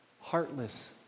heartless